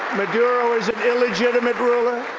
maduro is an illegitimate ruler,